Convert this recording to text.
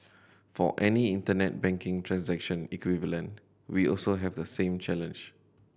for any Internet banking transaction equivalent we also have the same challenge